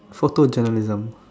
so two general rhythm